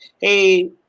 hey